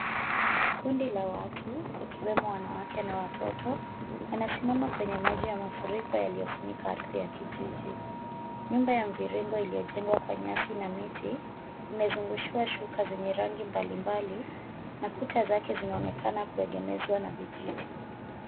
Kundi la watu wakiwemo wanawake na watoto, wanasimama kwenye maji ya mafuriko yaliyofunika ardhi ya kijiji, nyumba ya mviringo iliyojengwa kwa nyasi na miti imezungushiwa shuka zenye rangi mbalimbali na kuta zake zinaonekana kuegemezwa na vijiti.